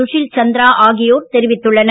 சுஷில் சந்திரா ஆகியோர் தெரிவித்தனர்